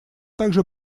также